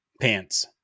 pants